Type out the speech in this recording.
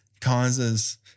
causes